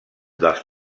dels